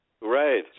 Right